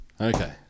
Okay